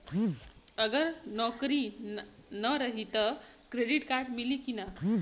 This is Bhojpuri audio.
अगर नौकरीन रही त क्रेडिट कार्ड मिली कि ना?